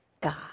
God